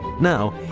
Now